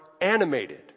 animated